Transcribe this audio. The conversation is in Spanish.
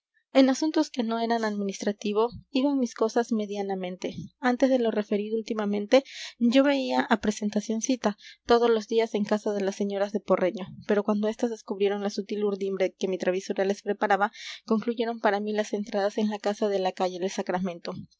en asuntos que no eran administrativos iban mis cosas medianamente antes de lo referido últimamente yo veía a presentacioncita todos los días en casa de las señoras de porreño pero cuando estas descubrieron la sutil urdimbre que mi travesura les preparara concluyeron para mí las entradas en la casa de la calle del sacramento